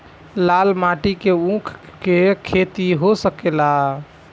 लाल माटी मे ऊँख के खेती हो सकेला?